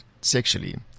sexually